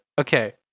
Okay